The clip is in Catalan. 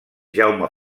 jaume